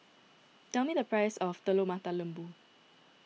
tell me the price of Telur Mata Lembu